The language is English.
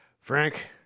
Frank